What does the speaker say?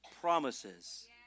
promises